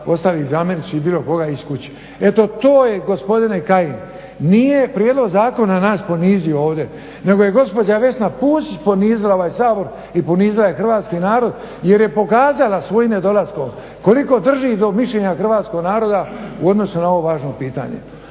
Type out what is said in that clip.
ostaviti zamjenicu ili bilo koga iz kuće. Eto to je gospodine Kajin nije prijedlog zakona nas ponizio ovdje nego je gospođa Vesna Pusić ponizila ovaj Sabor i ponizila je hrvatski narod jer je pokazala svojim nedolaskom koliko drži do mišljenja hrvatskog naroda u odnosu na ovo važno pitanje.